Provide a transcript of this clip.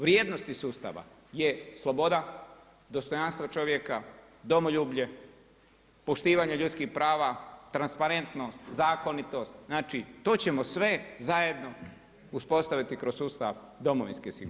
Vrijednosti sustava je sloboda, dostojanstvo čovjeka, domoljublje, poštivanje ljudskih prava, transparentnost, zakonitost znači to ćemo sve zajedno uspostaviti kroz sustav domovinske sigurnosti.